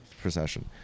procession